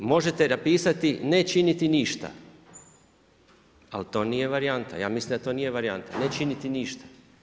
Možete napisati ne činiti ništa, ali to nije varijanta, ja mislim da to nije varijanta ne činiti ništa.